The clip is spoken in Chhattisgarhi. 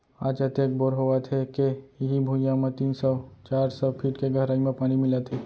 आज अतेक बोर होवत हे के इहीं भुइयां म तीन सौ चार सौ फीट के गहरई म पानी मिलत हे